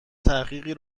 تحقیقی